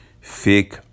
Fake